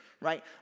right